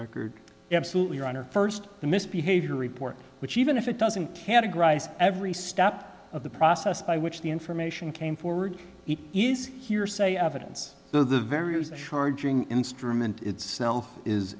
record absolutely or on or first the misbehavior report which even if it doesn't categorize every step of the process by which the information came forward he's hearsay evidence though the various charging instrument itself is